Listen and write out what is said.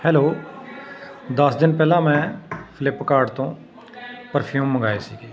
hello ਦਸ ਦਿਨ ਪਹਿਲਾਂ ਮੈਂ ਫਲਿੱਪਕਾਰਟ ਤੋਂ ਪਰਫਿਊਮ ਮੰਗਵਾਏ ਸੀਗੇ